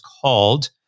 called